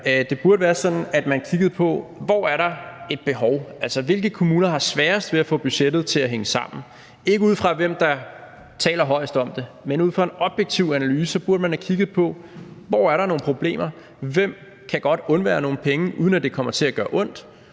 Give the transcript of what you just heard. Det burde være sådan, at man kiggede på: Hvor er der et behov? Altså, hvilke kommuner har sværest ved at få budgettet til at hænge sammen? Ikke ud fra hvem der taler højest om det, men ud fra en objektiv analyse burde man have kigget på: Hvor er der nogle problemer? Hvem kan godt undvære nogle penge, uden det kommer til at gøre ondt?